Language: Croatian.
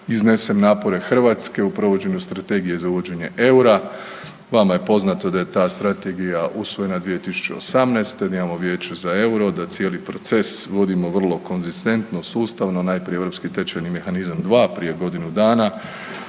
iznesem napore Hrvatske u provođenju Strategije za uvođenje eura. Vama je poznato da je ta Strategija usvojena 2018., da imamo Vijeće za euro, da cijeli proces vodimo vrlo konzistentno, sustavno, najprije Europskih tečajni mehanizam II, prije godinu dana